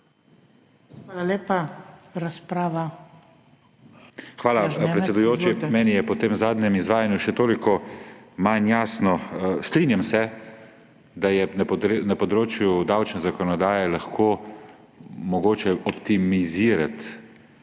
NEMEC (PS SD):** Hvala, predsedujoči. Meni je po tem zadnjem izvajanju še toliko manj jasno. Strinjam se, da je na področju davčne zakonodaje lahko mogoče optimizirati